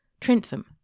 Trentham